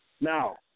Now